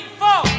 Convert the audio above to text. four